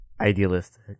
idealistic